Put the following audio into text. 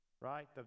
right